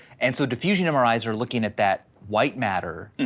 and so diffusion mris are looking at that white matter,